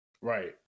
right